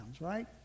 right